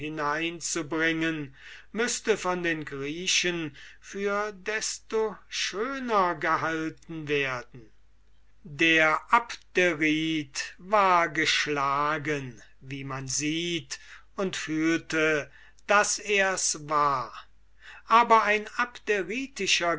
hineinzubringen müßte von den griechen für desto schöner gehalten werden der abderite war geschlagen wie man sieht und er fühlte es aber ein